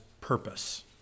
purpose